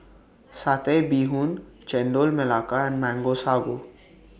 Satay Bee Hoon Chendol Melaka and Mango Sago